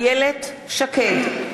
איילת שקד,